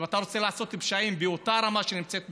אם אתה רוצה לעשות פשעים באותה רמה שנמצאת בסוריה,